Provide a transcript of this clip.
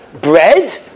bread